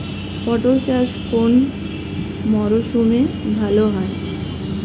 পটল চাষ কোন মরশুমে ভাল হয়?